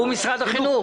הוא משרד החינוך.